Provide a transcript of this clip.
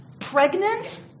pregnant